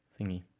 thingy